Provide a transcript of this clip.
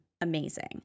amazing